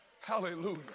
Hallelujah